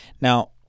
Now